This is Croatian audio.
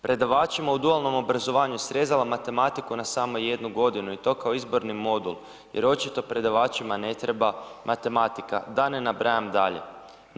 Predavačima u dualnom obrazovanju srezala matematiku na samo jednu godinu i to kao izborni modul jer očito predavačima ne treba matematika, da ne nabrajam dalje.